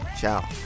Ciao